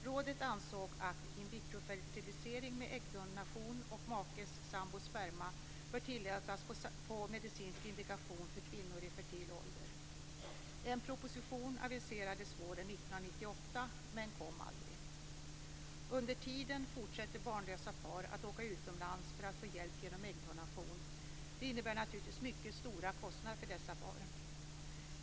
Rådet ansåg att in vitro-fertilisering med äggdonation och makes/sambos sperma bör tillåtas på medicinsk indikation för kvinnor i fertil ålder. En proposition aviserades våren 1998 men kom aldrig. Under tiden fortsätter barnlösa par att åka utomlands för att få hjälp genom äggdonation. Det innebär naturligtvis mycket stora kostnader för dessa par.